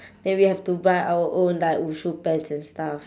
then we have to buy our own like 武术 pants and stuff